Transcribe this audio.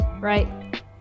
right